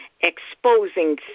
exposing